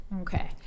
Okay